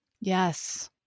Yes